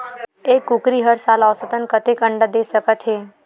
एक कुकरी हर साल औसतन कतेक अंडा दे सकत हे?